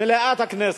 במליאת הכנסת,